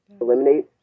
Eliminate